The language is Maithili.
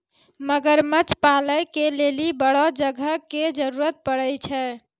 मगरमच्छ पालै के लेली बड़ो जगह के जरुरत पड़ै छै